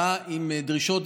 הוא בא עם דרישות,